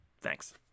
Thanks